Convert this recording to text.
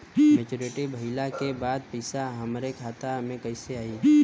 Maturity भईला के बाद पईसा हमरे खाता में कइसे आई?